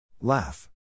Laugh